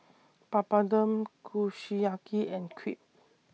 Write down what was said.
Papadum Kushiyaki and Crepe